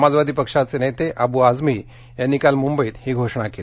समाजवादी पक्षाचे नेते अब् आझमी यांनी काल मुंबईत ही घोषणा केली